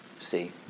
See